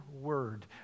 word